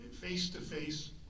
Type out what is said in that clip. face-to-face